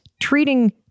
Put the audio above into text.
treating